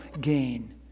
gain